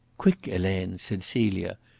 quick, helene, said celia.